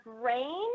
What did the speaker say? brain